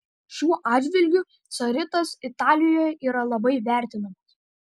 šiuo atžvilgiu caritas italijoje yra labai vertinamas